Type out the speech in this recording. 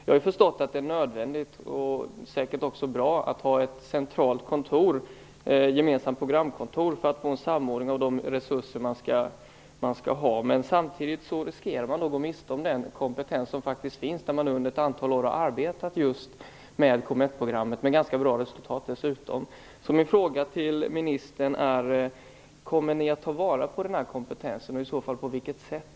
Jag har förstått att det är nödvändigt och säkert också bra att ha ett centralt, gemensamt programkontor för att få en samordning av resurserna. Men samtidigt riskerar man då att gå miste om den kompetens som faktiskt finns där man under ett antal år har arbetat med Comettprogrammet, dessutom med ganska bra resultat. Min fråga till ministern är: Kommer ni att ta vara på den här kompetensen och i så fall på vilket sätt?